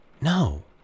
No